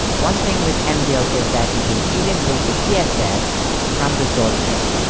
one thing with mdl is that you can even build the css from the source code.